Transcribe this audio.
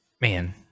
man